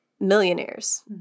millionaires